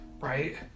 right